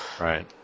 right